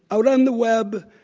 out on the web,